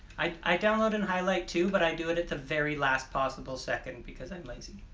i download and highlight too, but i do it at the very last possible second because i'm lazy